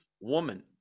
woman